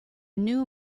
new